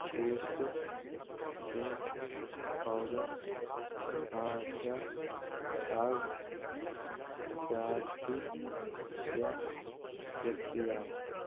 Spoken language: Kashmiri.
بوٗسٹ ڈرٛنٛک پاوڈر آسیٛا آز ژیٛادی پٮ۪ٹھ دٔستِیاب